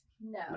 no